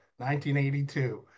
1982